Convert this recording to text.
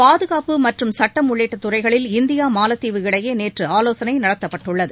பாதுகாப்பு மற்றும் சட்டம் உள்ளிட்ட துறைகளில் இந்தியா மாலத்தீவு இடையே நேற்று ஆலோசனை நடத்தப்பட்டுள்ளது